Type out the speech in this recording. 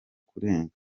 kurenga